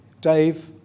Dave